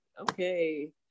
okay